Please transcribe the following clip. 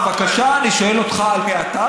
עשיתם איזה שהוא מבצע של גירוש מרצון,